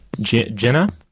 Jenna